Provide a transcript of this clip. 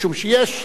משום שיש ה"סנה"